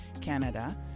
Canada